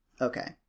Okay